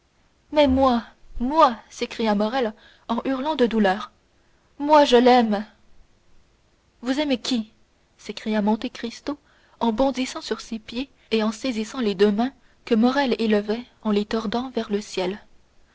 mais moi moi s'écria morrel en hurlant de douleur moi je l'aime vous aimez qui s'écria monte cristo en bondissant sur ses pieds et en saisissant les deux mains que morrel élevait en les tordant vers le ciel